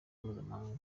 mpuzamahanga